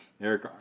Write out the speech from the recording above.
Eric